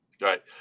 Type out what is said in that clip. Right